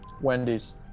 Wendy's